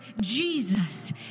Jesus